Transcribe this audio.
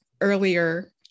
earlier